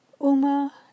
Uma